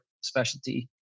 specialty